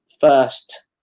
first